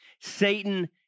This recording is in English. Satan